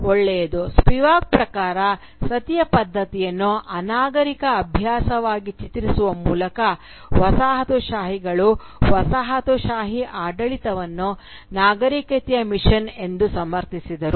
ಒಳ್ಳೆಯದು ಸ್ಪಿವಾಕ್ ಪ್ರಕಾರ ಸತಿಯ ಪದ್ಧತಿಯನ್ನು ಅನಾಗರಿಕ ಅಭ್ಯಾಸವಾಗಿ ಚಿತ್ರಿಸುವ ಮೂಲಕ ವಸಾಹತುಶಾಹಿಗಳು ವಸಾಹತುಶಾಹಿ ಆಡಳಿತವನ್ನು ನಾಗರಿಕತೆಯ ಮಿಷನ್ ಎಂದು ಸಮರ್ಥಿಸಿದರು